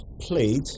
played